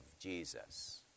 Jesus